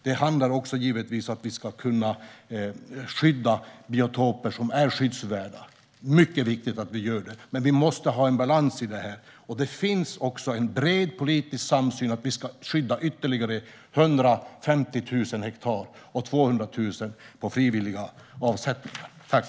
Det handlar givetvis om att vi ska kunna skydda biotoper som är skyddsvärda. Det är mycket viktigt att vi gör det, men vi måste ha en balans i det här, och det finns också en bred politisk samsyn gällande att vi ska skydda ytterligare 150 000 hektar och 200 000 hektar på frivilliga avsättningar.